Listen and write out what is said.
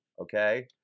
okay